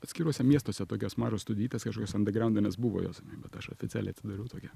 atskiruose miestuose tokios mažos studijytės kažkokios andegraundinės buvo jos bet aš oficialiai atsidariau tokią